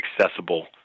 accessible